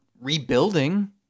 rebuilding